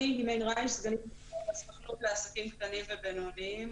אני מהסוכנות לעסקים קטנים ובינוניים.